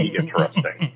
interesting